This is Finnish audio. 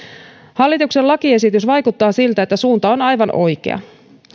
hallituksen lakiesitys vaikuttaa siltä että suunta on aivan oikea